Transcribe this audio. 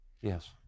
Yes